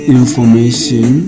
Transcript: information